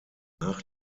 nach